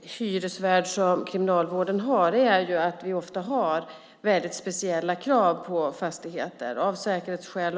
hyresvärd som Kriminalvården har är ju att vi ofta har mycket speciella krav på fastigheter, bland annat av säkerhetsskäl.